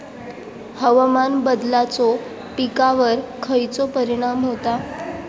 हवामान बदलाचो पिकावर खयचो परिणाम होता?